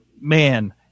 man